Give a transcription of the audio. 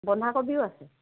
বন্ধাকবিও আছে